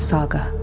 Saga